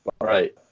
Right